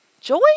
Joy